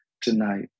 tonight